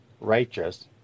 righteous